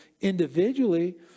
individually